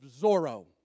Zorro